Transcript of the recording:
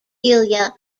ilya